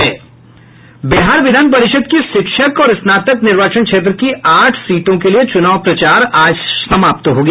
बिहार विधान परिषद् की शिक्षक और स्नातक निर्वाचन क्षेत्र की आठ सीटों के लिए चुनाव प्रचार आज समाप्त हो गया